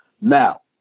Now